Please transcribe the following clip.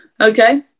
Okay